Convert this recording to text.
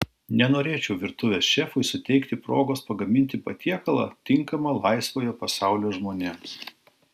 nenorėčiau virtuvės šefui suteikti progos pagaminti patiekalą tinkamą laisvojo pasaulio žmonėms